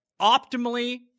optimally